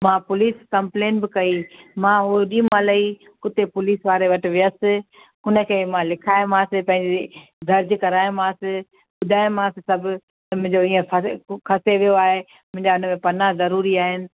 मां police complaint बि कई मां ओॾीमहिल ई व उते पुलिस वारे वटि वियसि उनखे मां लिखायोमास भई दर्जु करायोमास ॿुधायोमास सभु त मुहिंजो ईअं फरे खसे वियो आहे मुंहिंजा इन में पन्ना ज़रूरी आहिनि